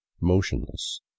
motionless